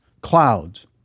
clouds